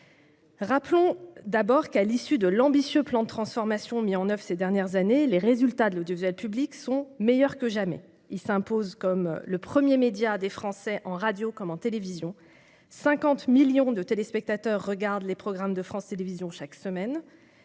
Rappelons tout d'abord que, à l'issue de l'ambitieux plan de transformation mis en oeuvre ces dernières années, les résultats de l'audiovisuel public sont meilleurs que jamais. Celui-ci s'impose en effet comme le premier média des Français, en radio comme en télévision : 50 millions de téléspectateurs regardent les programmes de France Télévisions chaque semaine